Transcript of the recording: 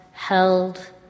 held